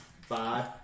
five